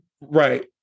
Right